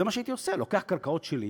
זה מה שהייתי עושה: לוקח קרקע שלי,